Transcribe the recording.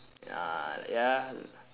ya ya